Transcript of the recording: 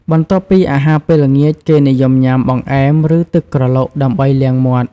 បន្ទាប់ពីអាហារពេលល្ងាច គេនិយមញាំ បង្អែម ឬ ទឹកក្រឡុក ដើម្បីលាងមាត់ ។